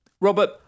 Robert